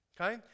Okay